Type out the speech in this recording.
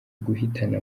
guhitana